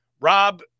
rob